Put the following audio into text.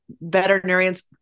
veterinarians